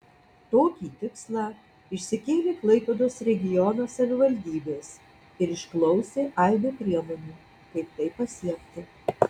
tokį tikslą išsikėlė klaipėdos regiono savivaldybės ir išklausė aibę priemonių kaip tai pasiekti